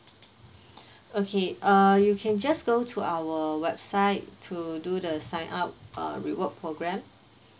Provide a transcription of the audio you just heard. okay uh you can just go to our website to do the sign up uh reward programme